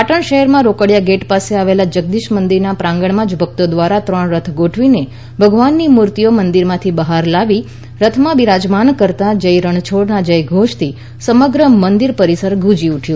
પાટણ શહેરના રોકડીયા ગેટ પાસે આવેલ જગદીશ મંદિરના પ્રાંગણમાં જ ભક્તો દ્વારા ત્રણ રથ ગોઠવીને ભગવાનની મૂર્તિઓ મંદિરમાંથી બહાર લાવી રથમાં બિરાજમાન કરાતા જય રણછોડના જયઘોષથી સમગ્ર મંદિર કેમ્પસ ગાજી ઉઠ્યું